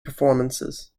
performances